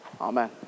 Amen